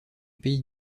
pays